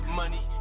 money